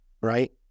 Right